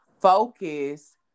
focus